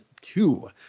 two